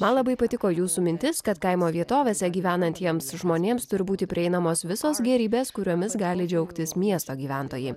man labai patiko jūsų mintis kad kaimo vietovėse gyvenantiems žmonėms turi būti prieinamos visos gėrybės kuriomis gali džiaugtis miesto gyventojai